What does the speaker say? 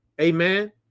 amen